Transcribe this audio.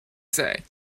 say